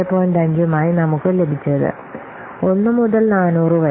5 ഉം ആയി നമുക്ക് ലഭിച്ചത് 1 മുതൽ 400 വരെ